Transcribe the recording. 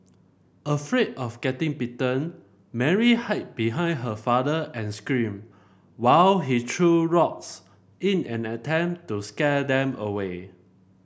afraid of getting bitten Mary hid behind her father and screamed while he threw rocks in an attempt to scare them away